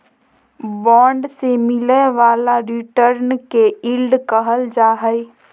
bond से मिलय वाला रिटर्न के यील्ड कहल जा हइ